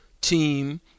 team